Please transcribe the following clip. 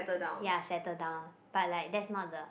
ya settle down but like that's not the